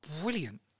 brilliant